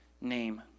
name